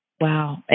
Wow